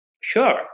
Sure